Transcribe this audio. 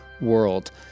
World